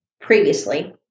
previously